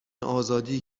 آزادی